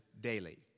daily